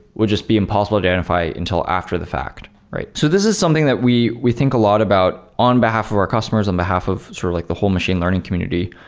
would just be impossible to identify until after the fact, right? so this is something that we we think a lot about on behalf of our customers, on behalf of sort of like the whole machine learning community.